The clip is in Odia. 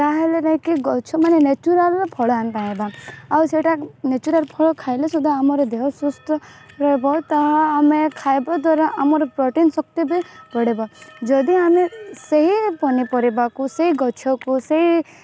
ତାହେଲେ ଯାଇଁକି ଗଛ ମାନେ ନାଚୁରାଲ ର ଫଳ ଆମେ ପାଇବା ଆଉ ସେଇଟା ନାଚୁରାଲ ଫଳ ଖାଇଲେ ସୁଦ୍ଧା ଆମର ଦେହ ସୁସ୍ଥ ରହିବ ତାହା ଆମେ ଖାଇବା ଦ୍ୱାରା ଆମର ପ୍ରୋଟିନ ଶକ୍ତି ବି ବଢ଼ିବ ଯଦିଓ ଆମେ ସେହି ପନିପରିବାକୁ ସେହି ଗଛକୁ ସେହି